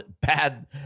bad